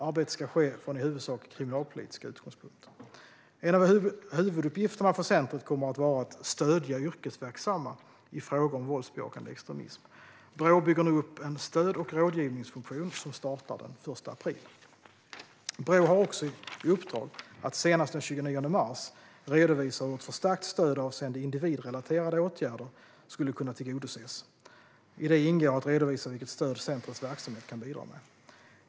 Arbetet ska ske från i huvudsak kriminalpolitiska utgångspunkter. En av huvuduppgifterna för centret kommer att vara att stödja yrkesverksamma i frågor om våldsbejakande extremism. Brå bygger nu upp en stöd och rådgivningsfunktion som startar den 1 april. Brå har också i uppdrag att senast den 29 mars redovisa hur ett förstärkt stöd avseende individrelaterade åtgärder skulle kunna tillgodoses. I det ingår att redovisa vilket stöd centrets verksamhet kan bidra med.